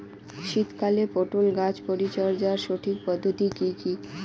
শীতকালে পটল গাছ পরিচর্যার সঠিক পদ্ধতি কী?